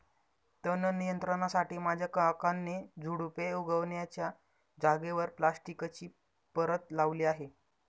तण नियंत्रणासाठी माझ्या काकांनी झुडुपे उगण्याच्या जागेवर प्लास्टिकची परत लावली आहे